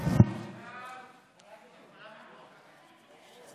הוא